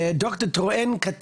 ד"ר טרואן,